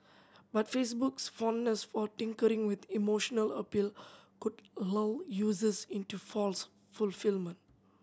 but Facebook's fondness for tinkering with emotional appeal could low users into false fulfilment